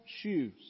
shoes